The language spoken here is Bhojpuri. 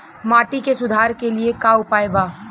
माटी के सुधार के लिए का उपाय बा?